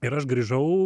ir aš grįžau